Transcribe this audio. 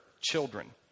children